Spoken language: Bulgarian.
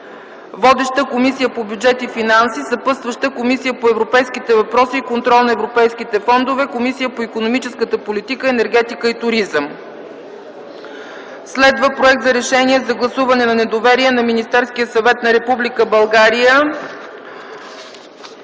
Водеща е Комисията по бюджет и финанси. Съпътстващи са Комисията по европейските въпроси и контрол на европейските фондове и Комисията по икономическата политика, енергетика и туризъм. Проект за решение за гласуване на доверие на Министерския съвет на Република България.